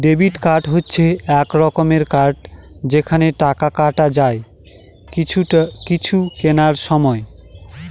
debit card হচ্ছে এক রকমের কার্ড যেখানে টাকা কাটা যায় কিছু কেনার সময়